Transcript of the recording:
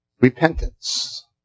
Repentance